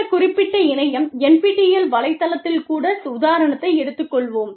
இந்த குறிப்பிட்ட இணையம் NPTEL வலைத்தளத்தைக் கூட உதாரணத்தை எடுத்துக்கொள்வோம்